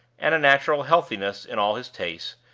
and a natural healthiness in all his tastes,